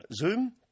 Zoom